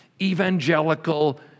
evangelical